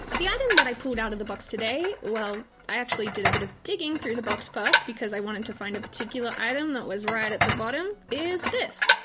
the item that i pulled out of the box today, well, i actually did a bit of digging through the box because i wanted to find a particular item that was right at the bottom is this!